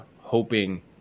hoping